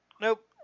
Nope